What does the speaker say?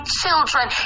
children